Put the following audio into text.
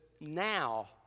now